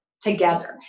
together